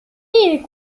est